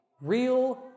Real